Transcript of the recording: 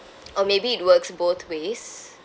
or maybe it works both ways